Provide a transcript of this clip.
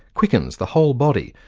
quickens the whole body,